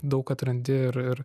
daug atrandi ir